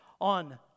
On